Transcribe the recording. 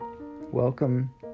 Welcome